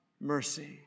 mercy